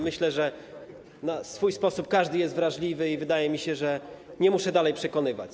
Myślę, że na swój sposób każdy jest wrażliwy, i wydaje mi się, że nie muszę dalej przekonywać.